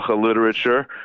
literature